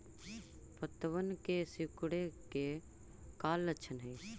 पत्तबन के सिकुड़े के का लक्षण हई?